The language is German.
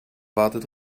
wartet